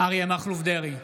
אריה מכלוף דרעי,